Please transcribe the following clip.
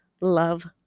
Love